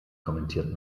kommentiert